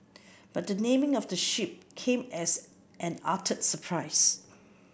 but the naming of the ship came as an utter surprise